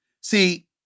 See